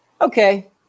okay